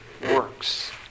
works